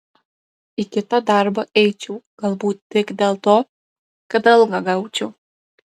į kitą darbą eičiau galbūt tik dėl to kad algą gaučiau